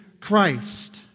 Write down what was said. Christ